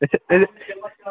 اَچھا تیٚلہِ